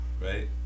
right